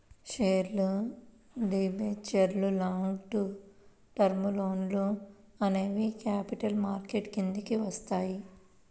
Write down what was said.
షేర్లు, డిబెంచర్లు, long term లోన్లు అనేవి క్యాపిటల్ మార్కెట్ కిందికి వత్తయ్యి